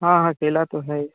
हाँ हाँ केला तो है ही